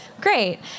Great